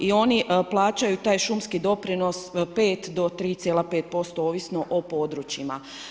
I oni plaćaju taj šumski doprinos 5 do 3,5% ovisno o područjima.